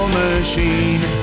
machine